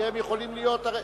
שיכולים להיות הרי,